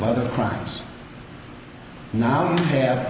other crimes now you have